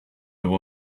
there